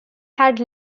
had